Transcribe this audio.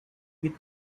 with